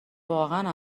واقعا